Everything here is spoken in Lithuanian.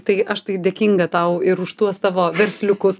tai aš tai dėkinga tau ir už tuos tavo versliukus